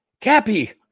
Cappy